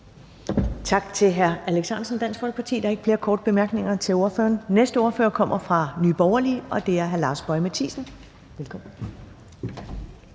Tak til hr. Alex Ahrendtsen, Dansk Folkeparti. Der er ikke flere korte bemærkninger til ordføreren. Næste ordfører kommer fra Nye Borgerlige, og det er hr. Lars Boje Mathiesen. Velkommen.